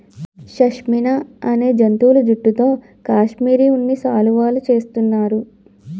షష్మినా అనే జంతువుల జుట్టుతో కాశ్మిరీ ఉన్ని శాలువులు చేస్తున్నారు